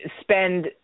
spend